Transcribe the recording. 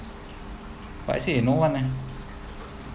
but actually is no one leh